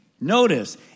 Notice